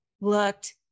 looked